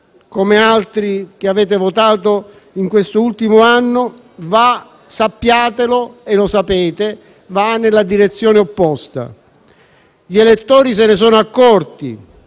come altri che avete votato in quest'ultimo anno, va - sappiatelo, ma lo sapete - nella direzione opposta. Gli elettori se ne sono accorti,